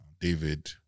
David